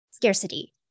Scarcity